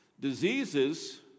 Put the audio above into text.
Diseases